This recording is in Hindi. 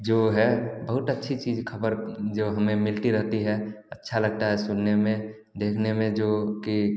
जो है बहुट अच्छी चीज़ खबर जो हमें मिलती रहती है अच्छा लगता है सुनने में देखने में जो कि